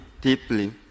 deeply